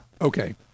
Okay